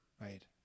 Right